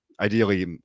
ideally